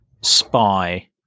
spy